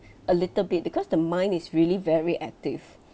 a little bit because the mind is really very active